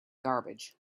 garbage